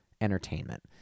entertainment